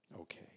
Okay